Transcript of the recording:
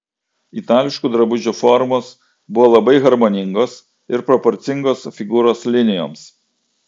itališkų drabužių formos buvo labai harmoningos ir proporcingos figūros linijoms